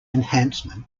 enhancement